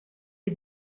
est